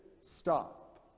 stop